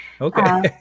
okay